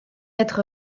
être